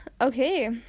okay